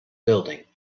building